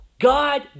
God